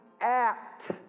act